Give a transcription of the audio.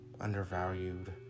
undervalued